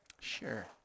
Sure